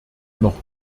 noch